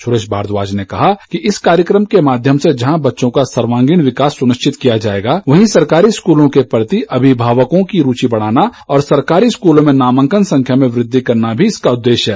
सुरेश भारद्वाज ने कहा कि इस कार्यकम के माध्यम से जहां बच्चों का सर्वांगीण विकास सुनिश्चित किया जाएगा वहीं सरकारी स्कूलों के प्रति अभिभावकों की रूचि बढ़ाना और सरकारी स्कूलों में नामांकन संख्या में वृद्धि करना भी इसका उद्देश्य है